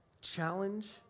Challenge